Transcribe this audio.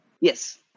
Yes